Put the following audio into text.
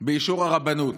באישור הרבנות,